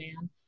man